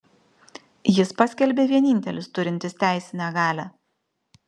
jis paskelbė vienintelis turintis teisinę galią